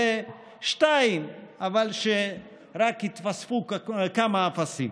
זה 2 אבל רק התווספו כמה אפסים.